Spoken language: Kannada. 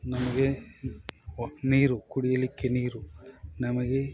ನಮಗೆ ವ ನೀರು ಕುಡಿಯಲಿಕ್ಕೆ ನೀರು ನಮಗೆ